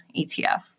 ETF